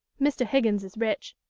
mr. higgins is rich,